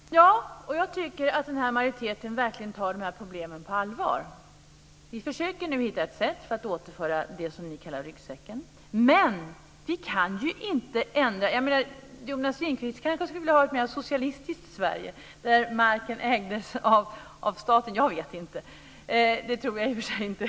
Fru talman! Ja, och jag tycker att majoriteten verkligen tar de här problemen på allvar. Vi försöker nu hitta ett sätt för att återföra det som ni kallar för ryggsäcken. Jonas Ringqvist kanske skulle vilja ha ett mer socialistiskt Sverige där marken ägs av staten. Jag vet inte, men det tror jag i och för sig inte.